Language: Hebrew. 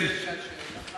האם אפשר שאלה?